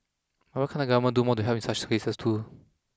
but why can't the government do more to help in such cases too